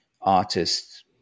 artists